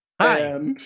Hi